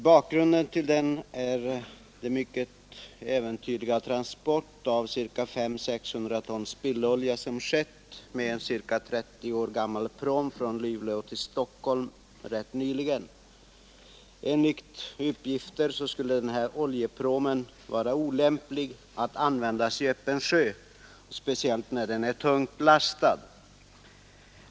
Bakgrunden till frågan är den mycket äventyrliga transport av 500-600 ton spillolja som rätt nyligen gjorts från Luleå till Stockholm med en ca 30 år gammal pråm, Enligt uppgifter skulle denna pråm vara olämplig att användas i öppen sjö, speciellt när den är tungt lastad.